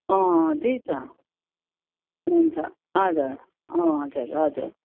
अँ त्यही त हुन्छ हजुर अँ हजुर हजुर